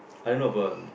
I don't know but